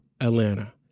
Atlanta